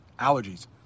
allergies